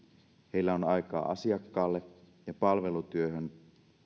heillä on aikaa asiakkaalle ja palvelutyöhön